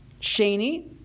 Shani